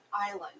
Island